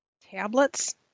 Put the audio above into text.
tablets